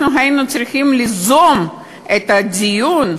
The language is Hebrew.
אנחנו היינו צריכים ליזום את הדיון,